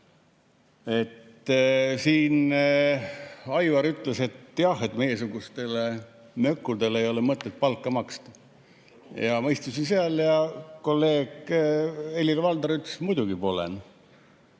Siin Aivar ütles, et jah, meiesugustele mökudele ei ole mõtet palka maksta. Ma istusin seal ja kolleeg Helir-Valdor ütles, et muidugi pole.